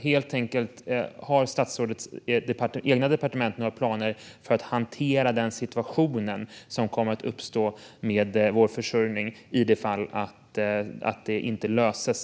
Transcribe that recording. Har statsrådets eget departement några planer för att hantera den situation som kommer att uppstå när det gäller vår försörjning om frågan om Clab inte löses?